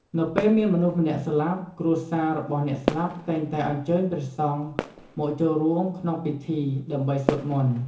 នៅពេលមានមនុស្សម្នាក់ស្លាប់ គ្រួសាររបស់អ្នកស្លាប់តែងតែអញ្ជើញព្រះសង្ឃមកចូលរួមក្នុងពិធី ដើម្បីសូត្រមន្ត។